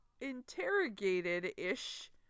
interrogated-ish